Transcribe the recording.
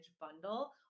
bundle